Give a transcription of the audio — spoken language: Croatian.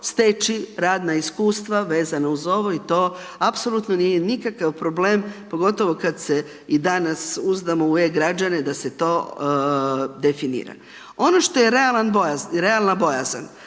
radna iskustva vezana uz ovo i to apsolutno nije nikakav problem pogotovo kada se i danas uzdamo u e-građane da se to definira. Ono što je realna bojazan